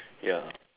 ya